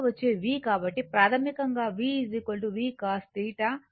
కాబట్టి ప్రాథమికంగా v V cos θ j Vs sin θ